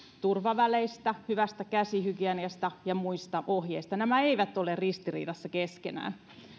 turvaväleistä hyvästä käsihygieniasta ja muista ohjeista nämä eivät ole ristiriidassa keskenään